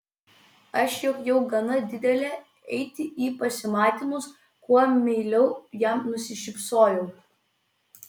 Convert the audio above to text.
aš juk jau gana didelė eiti į pasimatymus kuo meiliau jam nusišypsojau